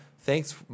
Thanks